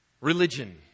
Religion